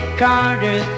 carter